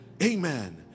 Amen